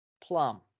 Plum